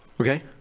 Okay